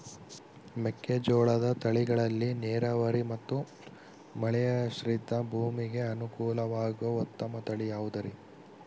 ಮೆಕ್ಕೆಜೋಳದ ತಳಿಗಳಲ್ಲಿ ನೇರಾವರಿ ಮತ್ತು ಮಳೆಯಾಶ್ರಿತ ಭೂಮಿಗೆ ಅನುಕೂಲವಾಗುವ ಉತ್ತಮ ತಳಿ ಯಾವುದುರಿ?